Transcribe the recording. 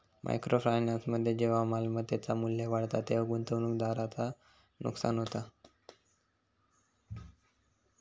micro फायनान्समध्ये जेव्हा मालमत्तेचा मू्ल्य वाढता तेव्हा गुंतवणूकदाराचा नुकसान होता